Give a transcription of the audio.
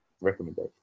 recommendation